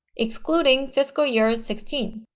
excluding fiscal year sixteen.